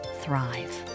thrive